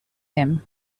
him